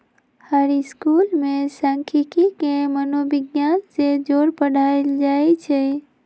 हर school में सांखियिकी के मनोविग्यान से जोड़ पढ़ायल जाई छई